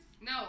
No